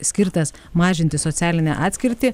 skirtas mažinti socialinę atskirtį